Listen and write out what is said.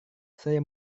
saya